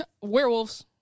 Werewolves